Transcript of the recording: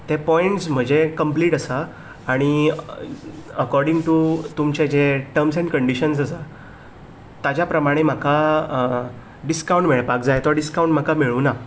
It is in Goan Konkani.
ते पोयंट्स म्हजे कंम्प्लीट आसा आनी अकोडींग टू तुमचे जें टम्स ऐँड कंडीशन्स आसा ताज्या प्रमाणें म्हाका डिस्ककावंट मेळपाक जाय तो डिस्ककावंट म्हाका मेळूं ना